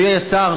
אדוני השר,